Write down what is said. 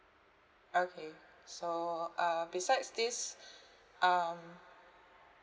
okay so uh besides this um